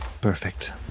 Perfect